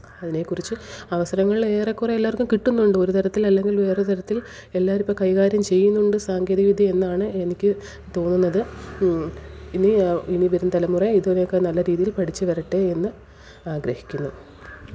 അതിനേ കുറിച്ച് അവസരങ്ങൾ ഏറെക്കുറെ എല്ലാവർക്കും കിട്ടുന്നുണ്ട് ഒരു തരത്തിൽ അല്ലെങ്കില് വേറെ ഒരു തരത്തില് എല്ലാവരും ഇപ്പം കൈകാര്യം ചെയ്യുന്നുണ്ട് സാങ്കേതികവിദ്യ എന്നാണ് എനിക്ക് തോന്നുന്നത് ഇനി ഇനി വരും തലമുറ ഇതിനെയൊക്കെ നല്ല രീതിയില് പഠിച്ചു വരട്ടേ എന്ന് ആഗ്രഹിക്കുന്നു